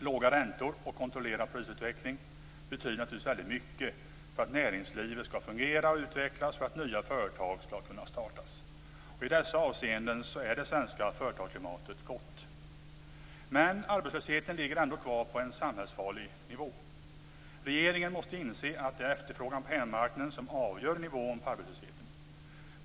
Låga räntor och kontrollerad prisutveckling betyder mycket för att näringslivet skall fungera och utvecklas och för att nya företag skall startas. I dessa avseenden är det svenska företagsklimatet gott. Men arbetslösheten ligger ändå kvar på en samhällsfarlig nivå. Regeringen måste inse att det är efterfrågan på hemmamarknaden som avgör nivån på arbetslösheten.